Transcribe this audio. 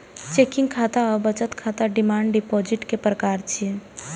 checking खाता आ बचत खाता डिमांड डिपोजिट के प्रकार छियै